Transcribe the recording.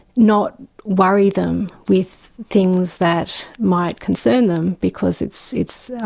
not worry them with things that might concern them, because it's it's